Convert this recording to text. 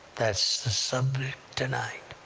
that's the subject tonight.